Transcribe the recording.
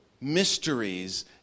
mysteries